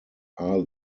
are